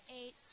eight